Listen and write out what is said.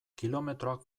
kilometroak